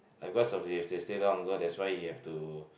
ya because of he have to stay there longer that's why he have to